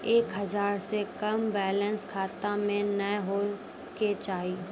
एक हजार से कम बैलेंस खाता मे नैय होय के चाही